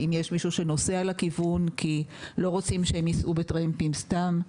אם יש מישהו שנוסע לכיוון כי לא רוצים שהם ייסעו בטרמפים סתם,